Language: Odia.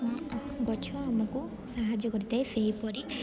ଗଛ ଆମକୁ ସାହାଯ୍ୟ କରିଥାଏ ସେହିପରି